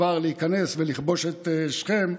כבר להיכנס ולכבוש את שכם.